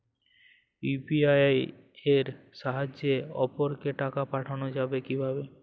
UPI এর সাহায্যে অপরকে টাকা পাঠানো যাবে কিভাবে?